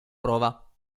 prova